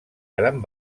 gran